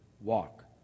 walk